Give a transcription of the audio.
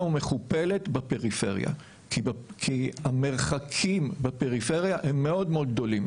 ומכופלת בפריפריה כי המרחקים בפריפריה הם מאוד גדולים.